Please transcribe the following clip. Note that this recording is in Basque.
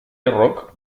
errok